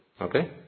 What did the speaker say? Okay